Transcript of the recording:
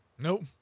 Nope